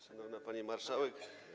Szanowna Pani Marszałek!